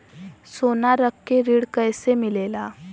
सोना रख के ऋण कैसे मिलेला?